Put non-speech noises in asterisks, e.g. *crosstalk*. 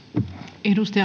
arvoisa *unintelligible*